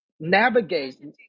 navigate